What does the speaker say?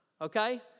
Okay